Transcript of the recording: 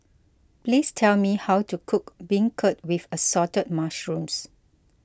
please tell me how to cook Beancurd with Assorted Mushrooms